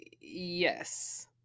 Yes